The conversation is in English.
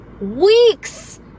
weeks